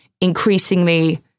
increasingly